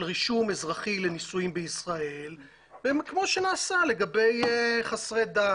רישום אזרחי לנישואים בישראל כמו שנעשה לגבי חסרי דת.